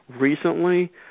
recently